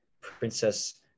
Princess